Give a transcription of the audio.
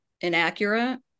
inaccurate